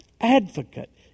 advocate